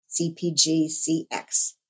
CPGCX